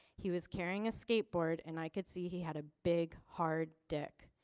he was carrying a skateboard and i could see he had a big hard deck.